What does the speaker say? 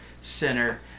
center